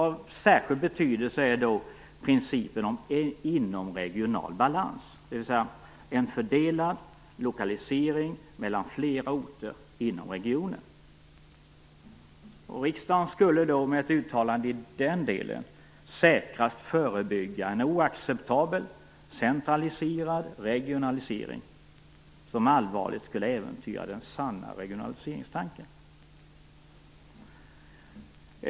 Av särskild betydelse är då principen om inomregional balans, dvs. en fördelad lokalisering mellan flera orter inom regionen. Riksdagen skulle med ett uttalande i denna del säkrast förebygga en oacceptabel centraliserad regionalisering, som allvarligt skulle äventyra den sanna regionaliseringstanken.